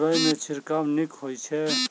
मुरई मे छिड़काव नीक होइ छै?